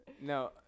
No